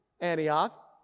Antioch